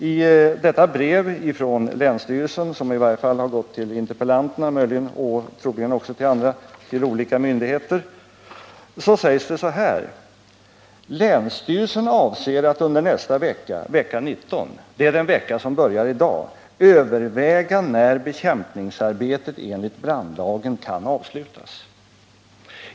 I detta brev, som har gått till interpellanterna och troligen också till olika myndigheter, säger länsstyrelsen: Länsstyrelsen avser att under nästa vecka, vecka 19 — det är den vecka som börjar i dag — överväga när bekämpningsarbetet enligt brandlagen kan avslutas.